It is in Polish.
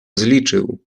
zliczył